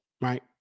right